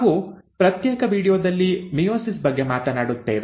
ನಾವು ಪ್ರತ್ಯೇಕ ವೀಡಿಯೋದಲ್ಲಿ ಮಿಯೋಸಿಸ್ ಬಗ್ಗೆ ಮಾತನಾಡುತ್ತೇವೆ